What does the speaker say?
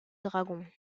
dragons